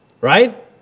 right